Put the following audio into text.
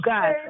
God